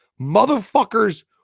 Motherfuckers